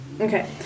okay